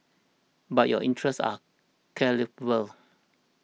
but your interests are